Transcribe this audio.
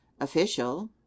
official